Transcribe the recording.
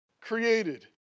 created